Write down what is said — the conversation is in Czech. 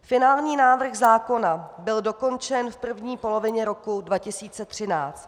Finální návrh zákona byl dokončen v první polovině roku 2013.